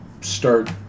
start